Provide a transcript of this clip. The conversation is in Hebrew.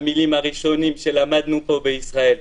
המילים הראשונות שלמדנו פה בישראל.